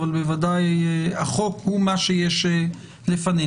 אבל בוודאי החוק הוא מה שיש לפנינו.